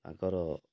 ୟାଙ୍କର